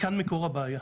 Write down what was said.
כאן מקור הבעיה.